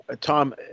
Tom